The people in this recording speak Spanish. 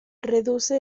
reduce